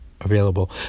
available